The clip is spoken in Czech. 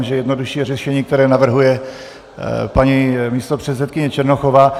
Že jednodušší je řešení, které navrhuje paní místopředsedkyně Černochová.